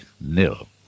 nil